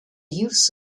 use